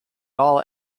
all